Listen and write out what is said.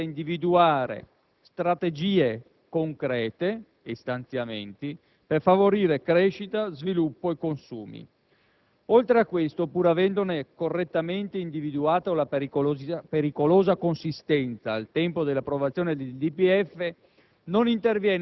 pur senza individuare concrete strategie e stanziamenti per favorire crescita, sviluppo e consumi. Oltre a questo, pur avendone correttamente individuato la pericolosa consistenza al tempo dell'approvazione del DPEF,